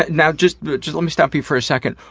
now, just just let me stop you for a second.